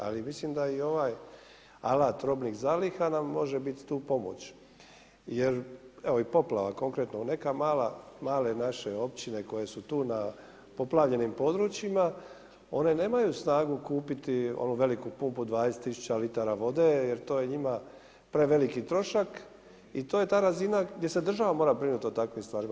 Ali mislim da i ovaj alat robnih zaliha nam može biti tu pomoć jer evo i poplava konkretno neka male naše općine koje su tu na poplavljenim područjima one nemaju snagu kupiti onu veliku pumpu od 20 tisuća litara vode jer to je njima preveliki trošak i to je ta razina gdje se država mora brinuti o takvim stvarima.